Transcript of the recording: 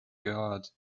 gold